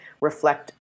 reflect